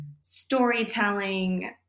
storytelling